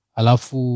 alafu